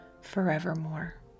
forevermore